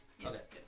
Yes